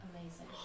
Amazing